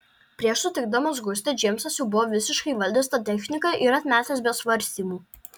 prieš sutikdamas gustę džeimsas jau buvo visiškai įvaldęs tą techniką ir atmetęs be svarstymų